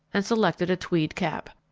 and selected a tweed cap.